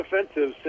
offensive